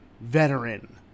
veteran